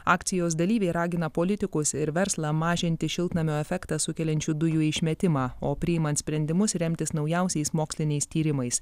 akcijos dalyviai ragina politikus ir verslą mažinti šiltnamio efektą sukeliančių dujų išmetimą o priimant sprendimus remtis naujausiais moksliniais tyrimais